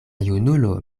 junulo